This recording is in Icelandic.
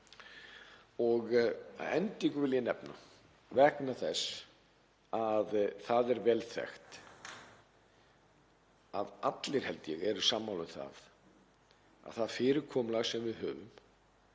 Að endingu vil ég nefna, vegna þess að það er vel þekkt, að allir, held ég, eru sammála um það fyrirkomulag sem við höfum,